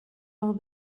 all